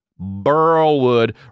Burlwood